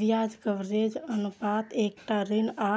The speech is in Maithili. ब्याज कवरेज अनुपात एकटा ऋण आ